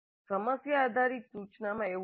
સમસ્યા આધારિત સૂચનામાં એવું નથી